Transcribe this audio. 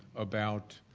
about